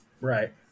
Right